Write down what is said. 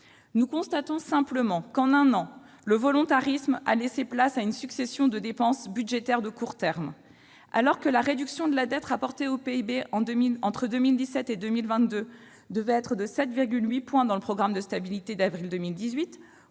Nous constatons simplement qu'en un an le volontarisme a laissé place à une succession de dépenses budgétaires de court terme : alors que la réduction de la dette rapportée au PIB entre 2017 et 2022 devait être de 7,8 points dans le programme de stabilité d'avril 2018,